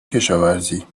کشاورزی